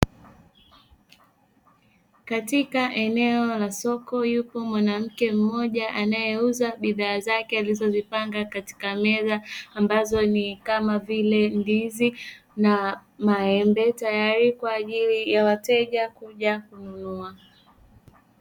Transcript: Katika eneo la soko, yupo mwanamke anayeuza bidhaa zake alizozipanga katika meza, ambazo ni kama vile; ndizi na maembe, tayari kwa ajili ya wateja kuja kununua.